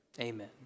amen